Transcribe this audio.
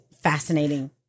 fascinating